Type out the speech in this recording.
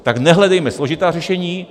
Tak nehledejme složitá řešení.